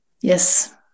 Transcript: Yes